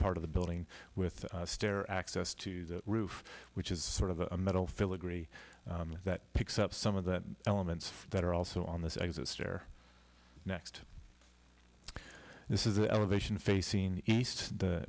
part of the building with stair access to the roof which is sort of a metal filigree that picks up some of the elements that are also on the stair next this is the elevation facing east the